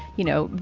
you know,